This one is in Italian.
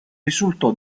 risultò